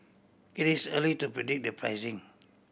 it is early to predict the pricing